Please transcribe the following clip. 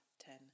ten